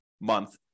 month